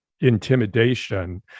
intimidation